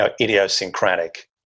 idiosyncratic